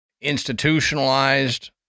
institutionalized